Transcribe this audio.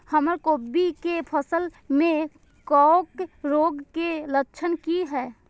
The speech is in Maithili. हमर कोबी के फसल में कवक रोग के लक्षण की हय?